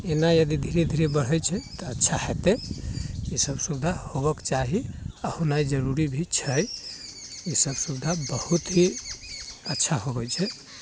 एना यदि धीरे धीरे बढ़ैत छै तऽ अच्छा होयतै ई सभ सुविधा होयबाक चाही आ होनाइ जरूरी भी छै ई सभ सुविधा बहुत ही अच्छा होबैत छै